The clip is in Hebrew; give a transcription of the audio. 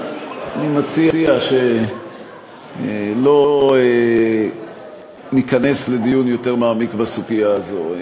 אז אני מציע שלא ניכנס לדיון יותר מעמיק בסוגיה הזאת.